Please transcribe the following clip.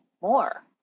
more